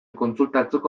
kontsultatzeko